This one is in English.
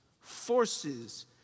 forces